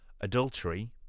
adultery